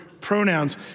pronouns